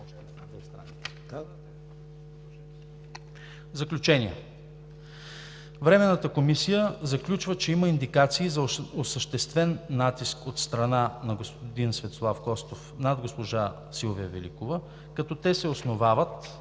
Заключение Временната комисия заключва, че има индикации за осъществен натиск от страна на господин Светослав Костов над госпожа Силвия Великова, като те се основават